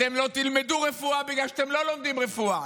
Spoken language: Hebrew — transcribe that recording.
אתם לא תלמדו רפואה בגלל שאתם לא לומדים רפואה,